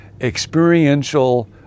experiential